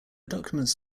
documents